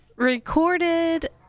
recorded